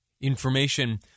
information